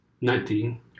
Nineteen